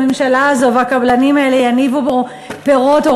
הממשלה הזאת והקבלנים האלה יניבו פירות או